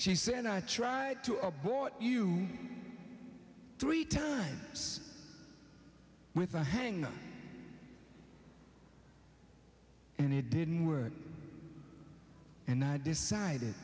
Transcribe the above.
she said i tried to abort you three times with a hangnail and it didn't work and i decided